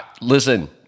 listen